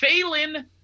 Phelan